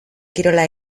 kirola